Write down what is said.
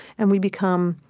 and we become,